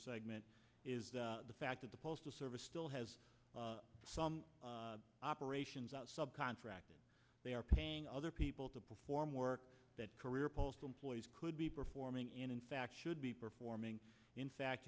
segment is the fact that the postal service still has some operations out subcontract they are paying other people to perform work that career postal employees could be performing and in fact should be performing in fact